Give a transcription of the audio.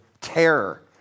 terror